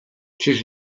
czyż